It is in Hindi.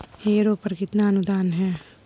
हैरो पर कितना अनुदान है?